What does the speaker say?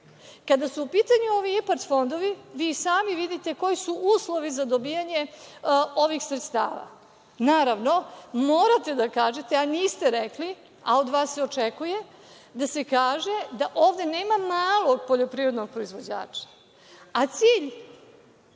su u pitanju ovi IPARD fondovi, vi i sami vidite koji su uslovi za dobijanje ovih sredstava. Naravno, morate da kažete da niste rekli, a od vas se očekuje da se kaže, da ovde nema malog poljoprivrednog proizvođača, a cilj